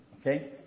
Okay